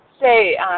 Say